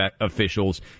officials